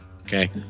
Okay